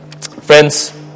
Friends